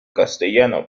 castellano